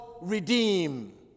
redeem